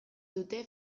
dute